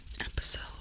episode